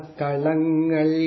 kalangal